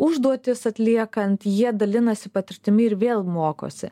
užduotis atliekant jie dalinasi patirtimi ir vėl mokosi